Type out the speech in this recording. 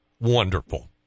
wonderful